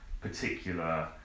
particular